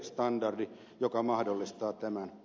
standardi joka mahdollistaa tämän